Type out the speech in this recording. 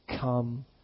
come